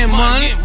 money